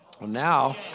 Now